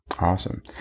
Awesome